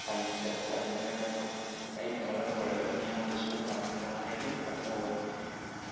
ꯇꯝꯖꯅꯤꯡꯉꯥꯏ ꯃꯊꯧ ꯑꯩꯅ ꯃꯔꯝ ꯑꯣꯏꯔꯒ ꯃꯤꯌꯥꯝꯗꯁꯨ ꯇꯝꯅꯉꯥꯏꯒꯤ ꯃꯊꯧ ꯑꯣꯏ